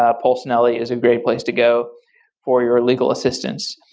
ah polsinelli is a great place to go for your legal assistance.